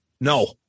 No